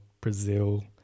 Brazil